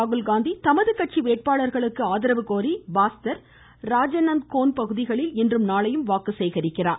ராகுல்காந்தி தமது கட்சி வேட்பாளர்களுக்கு ஆதரவு கோரி பாஸ்தர் ராஜநந்த் கோன் பகுதிகளில் இன்றும் நாளையும் வாக்கு சேகரிக்கிறார்